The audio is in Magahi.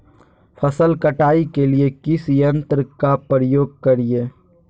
फसल कटाई के लिए किस यंत्र का प्रयोग करिये?